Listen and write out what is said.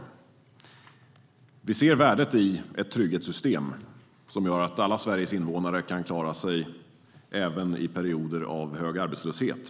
Vi ser värdet i ett trygghetssystem som gör att alla Sveriges invånare kan klara sig även i perioder av hög arbetslöshet.